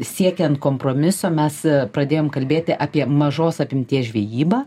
siekiant kompromiso mes pradėjom kalbėti apie mažos apimties žvejybą